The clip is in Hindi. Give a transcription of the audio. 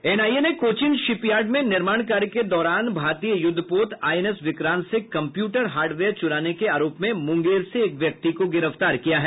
एनआईए ने कोचीन शिपयार्ड में निर्माण कार्य के दौरान भारतीय यूद्धपोत आईएनएस विक्रांत से कम्प्यूटर हार्डवेयर चूराने के आरोप में मुंगेर से एक व्यक्ति को गिरफ्तार किया है